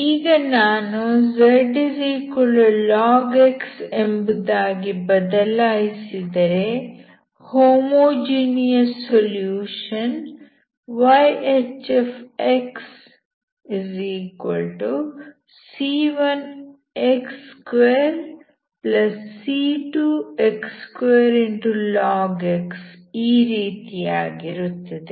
ಈಗ ನಾನು zlog x ಎಂಬುದಾಗಿ ಬದಲಾಯಿಸಿದರೆ ಹೋಮೋಜಿನಿಯಸ್ ಸೊಲ್ಯೂಷನ್ yHxc1x2c2x2log x ಈ ರೀತಿಯಾಗಿರುತ್ತದೆ